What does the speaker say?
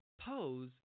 Pose